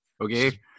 Okay